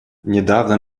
недавно